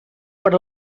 per